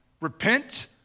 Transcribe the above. repent